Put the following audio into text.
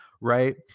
right